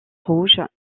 rouge